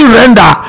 render